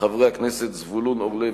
חברי הכנסת זבולון אורלב,